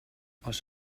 els